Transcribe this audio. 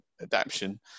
adaption